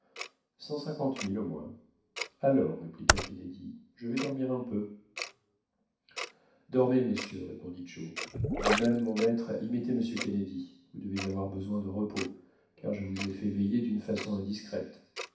milles au moins alors répliqua kennedy je vais dormir un peu dormez monsieur répondit joe vous-même mon maître imitez m kennedy vous devez avoir besoin de repos car je vous ai fait veiller d'une façon indiscrète